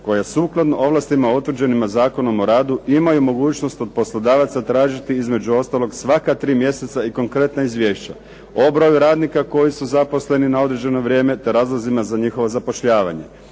koja suglasno ovlastima utvrđenima Zakonom o radu imaju mogućnost od poslodavaca tražiti između ostaloga svaka tri mjeseca i konkretna izvješća. Obrada radnika koji su zaposleni na određeno vrijeme te razlozima za njihovo zapošljavanje.